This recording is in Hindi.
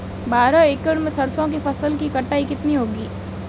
बारह एकड़ में सरसों की फसल की कटाई कितनी होगी?